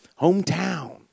Hometown